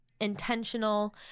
intentional